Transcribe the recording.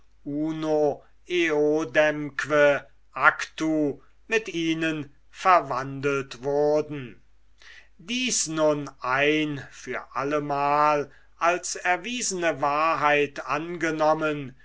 mit ihnen verwandelt wurden dies nun ein für allemal als erwiesene wahrheit angenommen